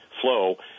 flow